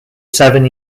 seven